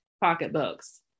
pocketbooks